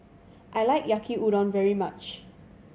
I like Yaki Udon very much